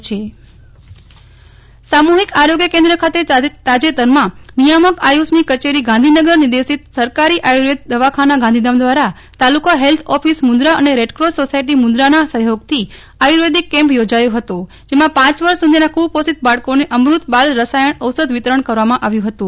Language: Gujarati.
નેફલ ઠક્કર ગાંધીધામ મેડીકલ કેમ્પ સામૂહિક આરોગ્ય કેન્દ્ર ખાતે તાજેતરમાં નિયામક આયુષની કચેરી ગાંધીનગર નિર્દેશિત સરકારી આયુર્વેદ દવાખાના ગાંધીધામ દ્વારા તાલુકા હેલ્થ ઓફિસ મુંદરા અને રેડક્રોસ સોસાયટી મુંદરાના સફયોગ થી આયુર્વેદિક કેમ્પ યોજાયો ફતો જેમાં પાંચ વર્ષ સુધીના કુપોષિત બાળકોને અમૃત બાલરસાયણ ઔષધ વિતરણ કરવામાં આવ્યું ફતું